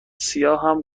سیاهم